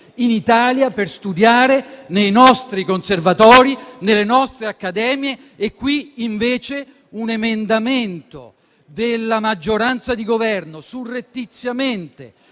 in Italia per studiare nei nostri conservatori e nelle nostre accademie, e qui invece, un emendamento della maggioranza di Governo, surrettiziamente,